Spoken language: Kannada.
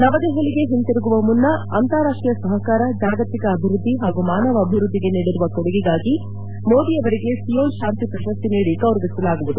ನವದೆಹಲಿಗೆ ಹಿಂತಿರುಗುವ ಮುನ್ನ ಅಂತಾರಾಷ್ಟೀಯ ಸಹಕಾರ ಜಾಗತಿಕ ಅಭಿವೃದ್ದಿ ಹಾಗೂ ಮಾನವ ಅಭಿವೃದ್ದಿಗೆ ನೀಡಿರುವ ಕೊಡುಗೆಗಾಗಿ ಮೋದಿಯವರಿಗೆ ಸಿಯೋಲ್ ಶಾಂತಿ ಪ್ರಶಸ್ತಿ ನೀಡಿ ಗೌರವಿಸಲಾಗುವುದು